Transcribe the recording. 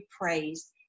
praise